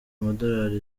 amadolari